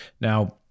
Now